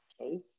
Okay